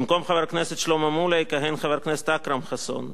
במקום חבר הכנסת שלמה מולה יכהן חבר הכנסת אכרם חסון,